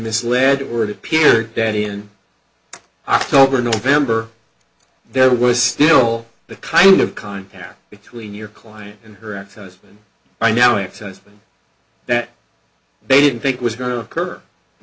misled or it appeared that in october november there was still the kind of contact between your client and her ex husband by now ex husband that they didn't think was going to occur i